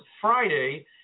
Friday